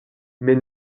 mais